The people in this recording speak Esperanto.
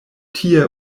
tie